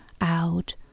out